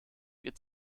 wird